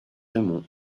raymond